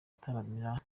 ataramira